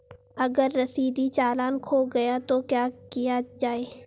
अगर रसीदी चालान खो गया तो क्या किया जाए?